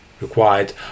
required